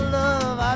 love